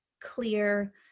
clear